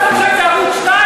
מה אתה חושב, שזה ערוץ 2?